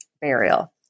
burial